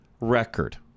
record